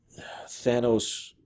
Thanos